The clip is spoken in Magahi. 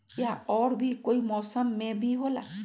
या और भी कोई मौसम मे भी होला?